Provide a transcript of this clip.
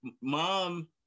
mom